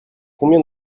combien